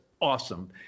awesome